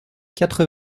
quatre